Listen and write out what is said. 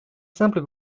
simple